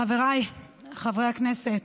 חבריי חברי הכנסת,